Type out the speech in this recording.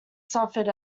suffered